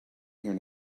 here